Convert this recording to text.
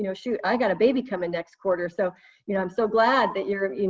you know shoot, i got a baby coming next quarter. so you know i'm so glad that you're,